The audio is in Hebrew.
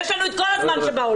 יש לנו את כל הזמן שבעולם.